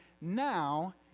now